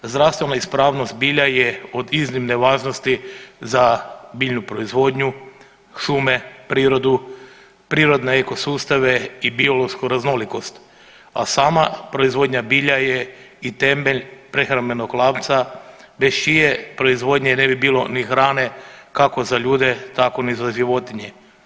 Zdravstvena ispravnost bilja je od iznimne važnosti za biljnu proizvodnju, šume, prirodu, prirodne ekosustave i biološku raznolikost, a sama proizvodnja bilja je i temelj prehrambenog lanca bez čije proizvodnje ne bi bilo ni hrane kako za ljude tako ni za životinje.